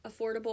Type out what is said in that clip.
affordable